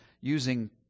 using